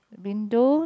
window